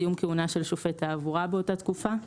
סיום כהונה של שופט תעבורה באותה תקופה,